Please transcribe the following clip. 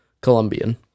Colombian